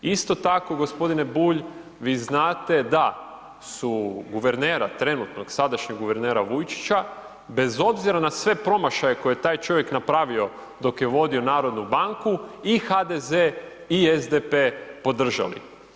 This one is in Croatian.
Isto tako g. Bulj vi znate da su guvernera trenutnog, sadašnjeg guvernera Vujčića, bez obzira na sve promašaje koje je taj čovjek napravio dok je vodio Narodnu banku, i HDZ i SDP podržali.